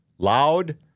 Loud